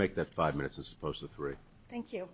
make that five minutes as opposed to three thank you